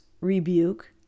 rebuke